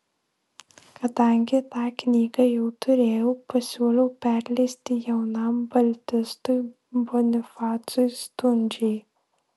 kadangi tą knygą jau turėjau pasiūliau perleisti jaunam baltistui bonifacui stundžiai